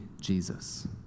Jesus